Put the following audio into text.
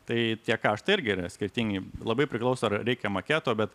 tai tie kaštai irgi yra skirtingi labai priklauso ar reikia maketo bet